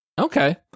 Okay